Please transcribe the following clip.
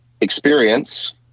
experience